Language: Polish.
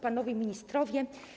Panowie Ministrowie!